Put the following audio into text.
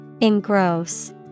Engross